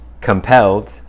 compelled